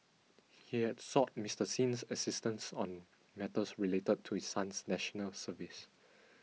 he had sought Mister Sin's assistance on matters related to his son's National Service